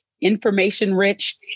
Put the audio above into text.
information-rich